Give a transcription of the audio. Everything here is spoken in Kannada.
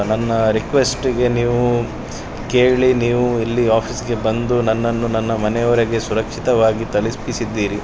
ನನ್ನ ರಿಕ್ವೆಸ್ಟಿಗೆ ನೀವು ಕೇಳಿ ನೀವು ಇಲ್ಲಿ ಆಫೀಸ್ಗೆ ಬಂದು ನನ್ನನ್ನು ನನ್ನ ಮನೆವರೆಗೆ ಸುರಕ್ಷಿತವಾಗಿ ತಲುಪಿಸಿದ್ದೀರಿ